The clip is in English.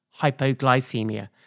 hypoglycemia